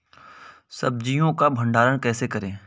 सब्जियों का भंडारण कैसे करें?